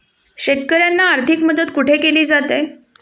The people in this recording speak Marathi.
शेतकऱ्यांना आर्थिक मदत कुठे केली जाते?